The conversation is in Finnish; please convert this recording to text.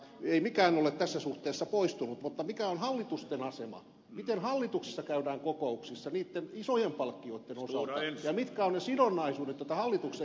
ei mikään ole tässä suhteessa poistunut mutta mikä on hallitusten asema miten hallituksissa käydään kokouksissa niitten isojen palkkioitten osalta ja mitkä ovat ne sidonnaisuudet joita hallituksen jäsenillä on